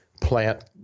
plant